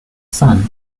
son